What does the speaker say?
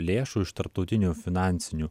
lėšų iš tarptautinių finansinių